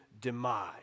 demise